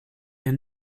hier